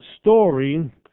story